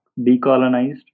decolonized